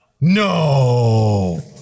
No